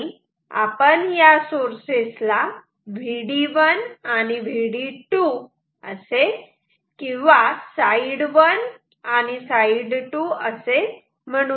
आणि आपण या सोर्सेस ला Vd1 आणि Vd2 असे किंवा साईड1 आणि साईड2 असे म्हणू शकतो